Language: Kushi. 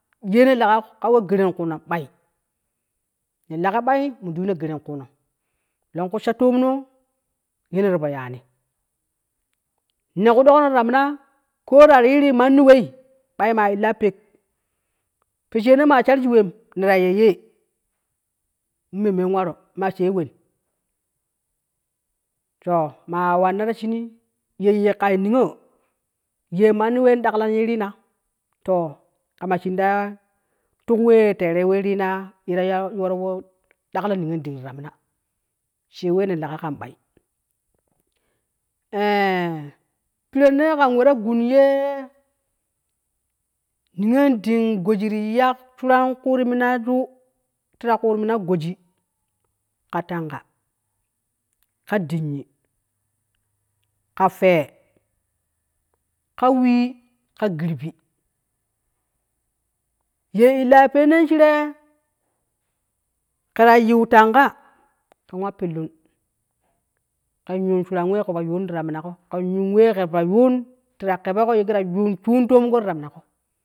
Ye ne lega kawo geen kuuni ɓai mundu yuno geren kuuno, longku sha toomnoo yene tipo yaani ne dokno ta minaa kota riru manni wai bai maa illa pela posheeni no maa sharshi wen ne ta ya yee memmen waru ma, shee wen, to maa wanna ta shinii ye yikkai niyo ye mann wen daklan ye nina to kama shin daa tuk wee terel yee rinaa yeta ya uwar we daklo niyon ding tita mina shee wee ne lega kan ɓai ee piren nee kan weta gun yee niyon ding goji ti ya shu ran, kut, mi na ju tita kut mina goji ka tanga ka dingi, ka fee ka wii ka girɓi ye illa pennen shiree keta yiu tanga ke wa pillun kan yuun shuran ye ke bo yuun tita minago ken yuun wee kebo yuun ti ta kebogo yuun shooon toomgo tita minago.